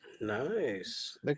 Nice